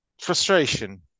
frustration